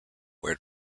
where